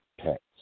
pets